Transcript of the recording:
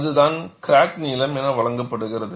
அதுதான் கிராக் நீளம் என வழங்கப்படுகிறது